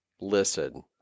listen